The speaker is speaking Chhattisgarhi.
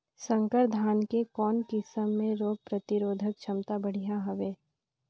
संकर धान के कौन किसम मे रोग प्रतिरोधक क्षमता बढ़िया हवे?